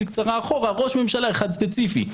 קצרה אחורה ראש ממשלה אחד ספציפי,